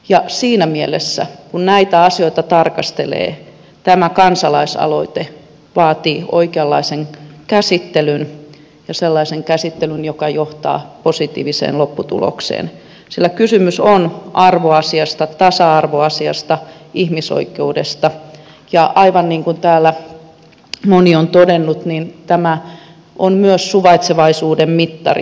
kun siinä mielessä näitä asioita tarkastelee tämä kansalaisaloite vaatii oikeanlaisen käsittelyn ja sellaisen käsittelyn joka johtaa positiiviseen lopputulokseen sillä kysymys on arvoasiasta tasa arvoasiasta ihmisoikeudesta ja aivan niin kuin täällä moni on todennut niin tämä on myös suvaitsevaisuuden mittari